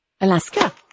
Alaska